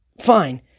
fine